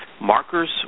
markers